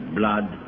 blood